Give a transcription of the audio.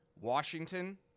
Washington